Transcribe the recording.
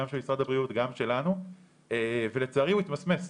גם של משרד הבריאות וגם שלנו ולצערי הוא התמסמס.